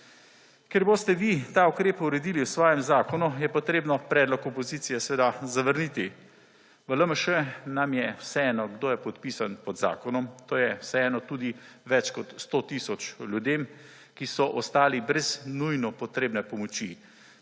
Ker boste vi ta ukrep uredili v svojem zakonu je potrebno predlog opozicije seveda zavrniti. V LMŠ nam je vseeno kdo je podpisan pod zakonom to je vseeno več kot 100 tisoč ljudem, ki so ostali brez nujno potrebne pomoči.